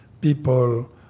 people